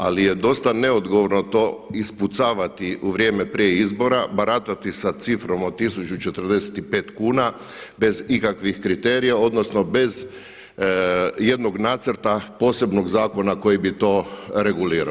Ali je dosta neodgovorno to ispucavati u vrijeme prije izbora, baratati sa cifrom od 1045 kuna bez ikakvih kriterija, odnosno bez jednog nacrta posebnog zakona koji bi to regulirao.